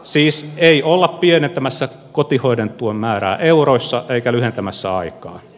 siis ei olla pienentämässä kotihoidon tuen määrää euroissa eikä lyhentämässä aikaa